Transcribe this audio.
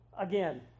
again